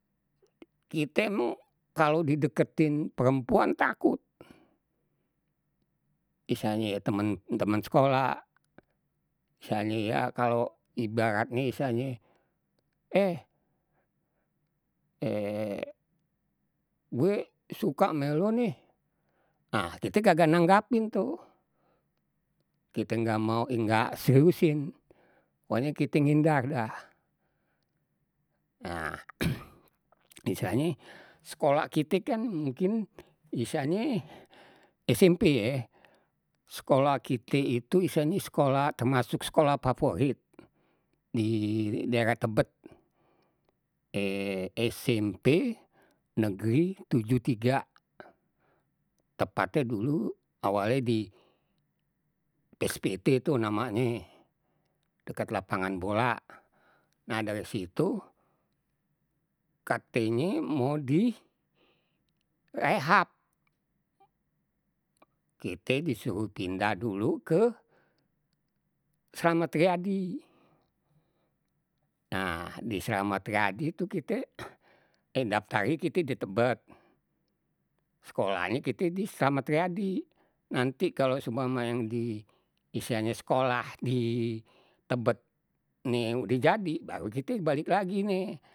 Kite mang kalau dideketin perempuan takut, istilahnye temen-temen sekolah, misalnye ya kalau ibaratnye misalnye eh gue suka ame lu nih, nah kite kagak nanggapin tuh kita nggak mau ih nggak seriusin, pokoknye kite ngindar dah. Nah istilahnye sekolah kite khan mungkin bisanye SMP ye, sekolah kite itu istilahnye sekolah termasuk sekolah favorit di daerah tebet, SMP negeri 73 tepatnye dl awalnye di pspt tu namanye dekat lapangan bola, nah dari situ katenye mau di rehap, kite disuruh pindah dulu ke slamet riyadi, nah di slamet riyadi tuh kite daftarnye kita di tebet sekolahnye kita di slamet riyadi, nanti kalau seumpama yang di istilahnye sekolah di tebet ni udeh jadi baru kite balik lagi nih.